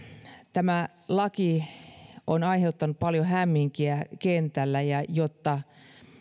tämä laki on aiheuttanut paljon hämminkiä kentällä ja jotta